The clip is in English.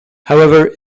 however